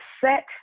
set